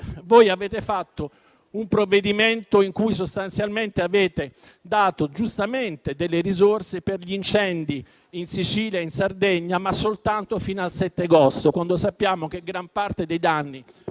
avete fatto un provvedimento in cui sostanzialmente avete stanziato, giustamente, risorse per gli incendi in Sicilia e in Sardegna, ma soltanto fino al 7 agosto, quando sappiamo che gran parte dei danni